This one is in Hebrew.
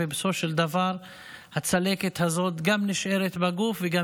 ובסופו של דבר הצלקת הזאת נשארת גם בגוף וגם